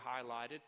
highlighted